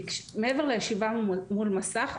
מעבר לישיבה מול מסך,